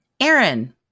Aaron